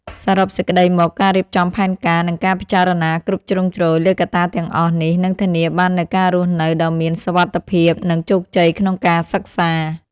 សរុបសេចក្តីមក ការរៀបចំផែនការ និងការពិចារណាគ្រប់ជ្រុងជ្រោយលើកត្តាទាំងអស់នេះ នឹងធានាបាននូវការរស់នៅដ៏មានសុវត្ថិភាព និងជោគជ័យក្នុងការសិក្សា។